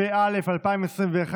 התשפ"א 2021,